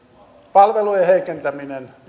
palvelujen heikentäminen